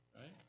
right